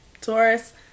Taurus